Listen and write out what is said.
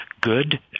good